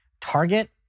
Target